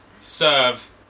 serve